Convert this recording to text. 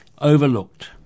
overlooked